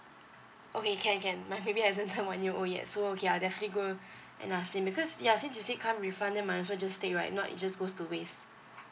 okay can can my baby hasn't turn one year old yet so ya I'll definitely go and ask him because ya since you say can't refund them might as well just take right not it just goes to waste